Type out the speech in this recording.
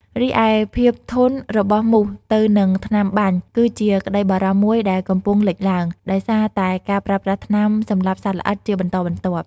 រីឯភាពធន់របស់មូសទៅនឹងថ្នាំបាញ់ គឺជាក្តីបារម្ភមួយដែលកំពុងលេចឡើង ដោយសារតែការប្រើប្រាស់ថ្នាំសម្លាប់សត្វល្អិតជាបន្តបន្ទាប់។